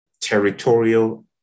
territorial